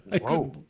Whoa